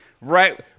Right